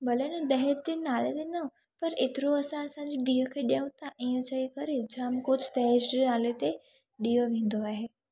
भले न दहेज जे नाले ते न पर एतिरो असां असांजी धीअ खे ॾियूं था ईअं चई करे जामु कुझु दहेज ते नाले ते ॾिनो वेंदो आहे